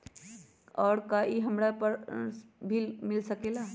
और का इ हमरा लोन पर भी मिल सकेला?